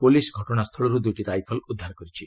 police ଘଟଣାସ୍ଥଳରୁ ଦୁଇଟି rifle ଉଦ୍ଧାର କରିଛି